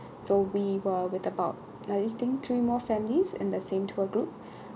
so we were with about like I think three more families in the same tour group